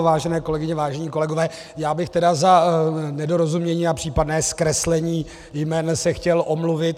Vážené kolegyně, vážení kolegové, já bych tedy za nedorozumění a případné zkreslení jmen se chtěl omluvit.